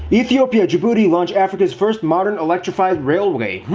ethiopia, djibouti launch africa's first modern electrified railway.